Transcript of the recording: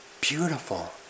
beautiful